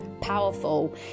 powerful